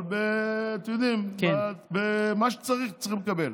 אבל אתם יודעים, במה שצריך, צריכים לקבל.